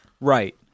Right